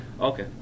Okay